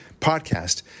podcast